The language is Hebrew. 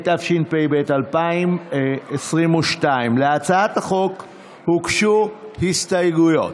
התשפ"ב 2022. להצעת החוק הוגשו הסתייגויות,